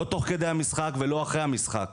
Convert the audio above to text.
לא תוך כדי המשחק ולא אחרי המשחק,